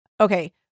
Okay